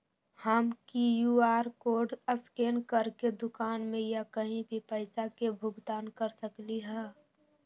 हम QR code scan करके दुकान में या कहीं भी पैसा के भुगतान कर सकली ह?